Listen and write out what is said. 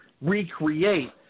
recreate